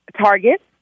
Target